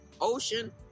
ocean